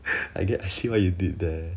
I get I see what you did there